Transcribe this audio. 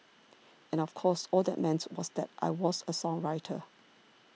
and of course all that meant was that I was a songwriter